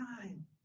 time